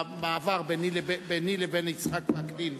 במעבר ביני לבין יצחק וקנין,